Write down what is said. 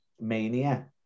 Mania